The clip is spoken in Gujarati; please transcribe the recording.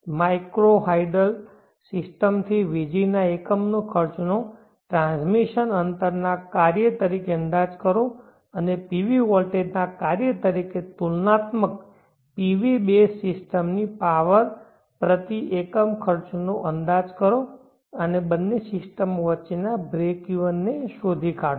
માઇક્રો હાઇડલ સિસ્ટમથી વીજળીના એકમના ખર્ચનો ટ્રાન્સમિશન અંતરના કાર્ય તરીકે અંદાજ કરો PV વોટેજ ના કાર્ય તરીકે તુલનાત્મક PV બેઝ સિસ્ટમ ની પાવર પ્રતિ એકમ ખર્ચ નો અંદાજ કરો આ બંને સિસ્ટમો વચ્ચેના બ્રેક ઇવન ને શોધી કાઢો